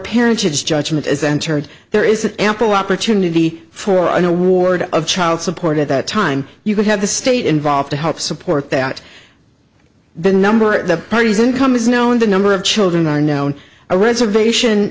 parentage judgment is entered there is ample opportunity for an award of child support at that time you could have the state involved to help support that the number of the parties income is known the number of children are now on a reservation